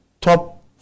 top